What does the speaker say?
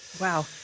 Wow